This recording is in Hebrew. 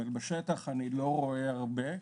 אבל בשטח אני לא רואה הרבה.